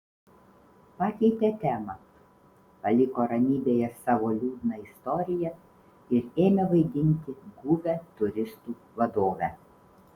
pakeitė temą paliko ramybėje savo liūdną istoriją ir ėmė vaidinti guvią turistų vadovę